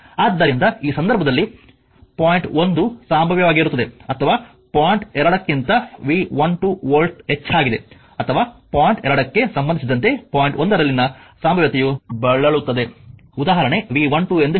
ಆದ್ದರಿಂದ ಈ ಸಂದರ್ಭದಲ್ಲಿ ಪಾಯಿಂಟ್ 1 ಸಂಭಾವ್ಯವಾಗಿರುತ್ತದೆ ಅಥವಾ ಪಾಯಿಂಟ್ 2 ಕ್ಕಿಂತ ವಿ 12 ವೋಲ್ಟ್ ಹೆಚ್ಚಾಗಿದೆ ಅಥವಾ ಪಾಯಿಂಟ್ 2 ಕ್ಕೆ ಸಂಬಂಧಿಸಿದಂತೆ ಪಾಯಿಂಟ್ 1 ರಲ್ಲಿನ ಸಂಭಾವ್ಯತೆಯು ಬಳಲುತ್ತದೆ ಉದಾಹರಣೆ ವಿ 12 ಎಂದು ಹೇಳಿ